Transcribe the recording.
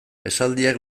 esaldiak